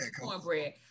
cornbread